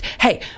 hey